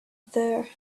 there